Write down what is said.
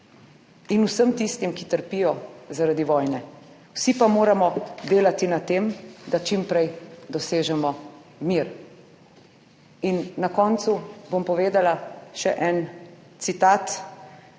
in vsem tistim, ki trpijo zaradi vojne. Vsi pa moramo delati na tem, da čim prej dosežemo mir. In na koncu bom povedala še en citat,